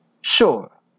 Sure